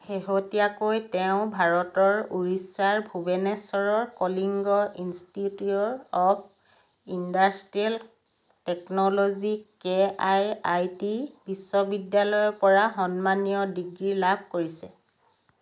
শেহতীয়াকৈ তেওঁ ভাৰতৰ উৰিষ্যাৰ ভুৱনেশ্বৰৰ Kalinga Institute of Industrial Technology K I I T বিশ্ববিদ্যালয়ৰ পৰা সন্মানীয় ডিগ্ৰী লাভ কৰিছে